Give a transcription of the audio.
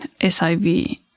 SIV